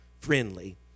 friendly